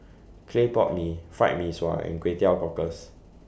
Clay Pot Mee Fried Mee Sua and Kway Teow Cockles